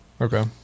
Okay